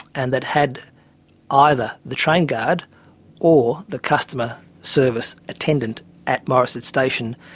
and that had either the train guard or the customer service attendant at morisset station